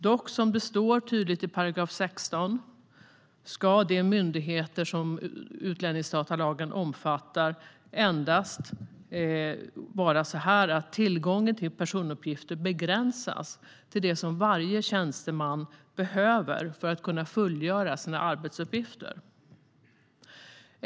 Dock, som det tydligt står i 16 §, ska det när det gäller de myndigheter som utlänningsdatalagen omfattar vara så här: Tillgången till personuppgifter begränsas till det som varje tjänsteman behöver för att kunna fullgöra sina arbetsuppgifter.